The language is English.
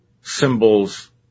symbols